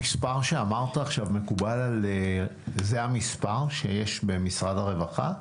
המספר שאמרת עכשיו זה המספר שיש במשרד הרווחה?